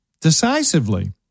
decisively